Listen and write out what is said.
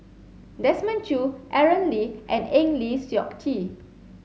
Desmond Choo Aaron Lee and Eng Lee Seok Chee